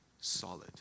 solid